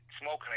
smoking